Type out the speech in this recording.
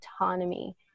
autonomy